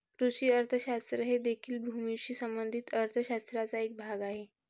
कृषी अर्थशास्त्र हे देखील भूमीशी संबंधित अर्थ शास्त्राचा एक भाग आहे